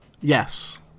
Yes